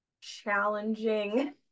challenging